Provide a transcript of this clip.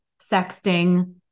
sexting